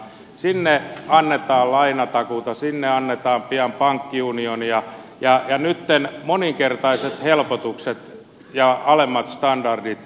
sinne annetaan lainatakuuta sinne annetaan pian pankkiunionia ja nytten moninkertaiset helpotukset ja alemmat standardit rikkidirektiivissä